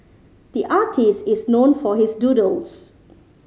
the artist is known for his doodles